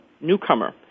Newcomer